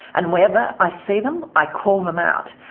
and whenever i see them, i call them out.